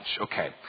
okay